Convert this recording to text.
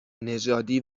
نژادی